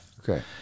Okay